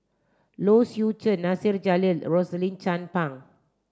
Low Swee Chen Nasir Jalil Rosaline Chan Pang